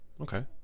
okay